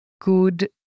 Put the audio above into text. good